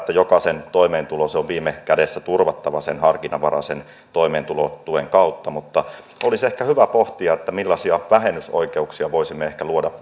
jokaisen toimeentulo on viime kädessä turvattava sen harkinnanvaraisen toimeentulotuen kautta mutta olisi ehkä hyvä pohtia millaisia vähennysoikeuksia voisimme ehkä luoda